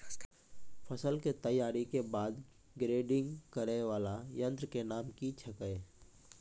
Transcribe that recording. फसल के तैयारी के बाद ग्रेडिंग करै वाला यंत्र के नाम की छेकै?